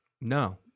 No